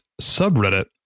subreddit